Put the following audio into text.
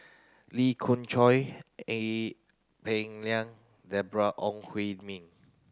Lee Khoon Choy Ee Peng Liang Deborah Ong Hui Min